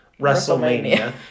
WrestleMania